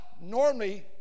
normally